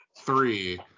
three